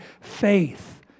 faith